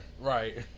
Right